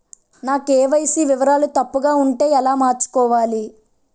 నా కే.వై.సీ వివరాలు తప్పుగా ఉంటే ఎలా మార్చుకోవాలి?